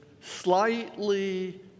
slightly